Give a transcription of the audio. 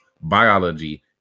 biology